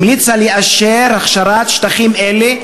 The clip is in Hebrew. המליצה לאשר הכשרת שטחים אלה,